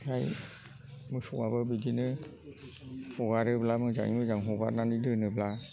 ओमफ्राय मोसौआबो बिदिनो हगारोब्ला मोजाङै मोजां हगारनानै दोनोब्ला